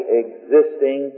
existing